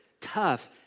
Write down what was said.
tough